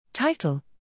Title